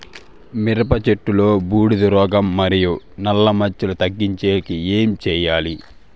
మిరప చెట్టులో బూడిద రోగం మరియు నల్ల మచ్చలు తగ్గించేకి ఏమి చేయాలి?